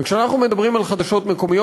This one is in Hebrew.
כשאנחנו מדברים על חדשות מקומיות,